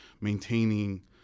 maintaining